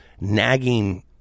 nagging